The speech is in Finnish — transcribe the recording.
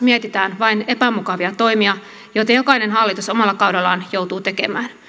mietitään vain epämukavia toimia joita jokainen hallitus omalla kaudellaan joutuu tekemään